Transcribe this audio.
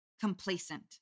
complacent